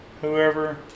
whoever